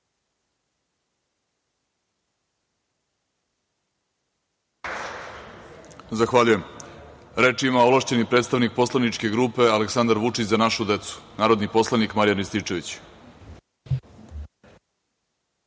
Zahvaljujem. Reč ima ovlašćeni predstavnik poslaničke grupe Aleksandar Vučić – Za našu decu, narodni poslanik Marijan Rističević.